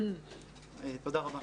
תודה רבה.